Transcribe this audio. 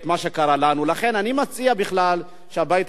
לכן אני מציע בכלל שהבית הזה יתאחד